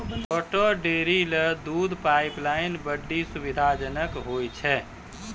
छोटो डेयरी ल दूध पाइपलाइन बड्डी सुविधाजनक होय छै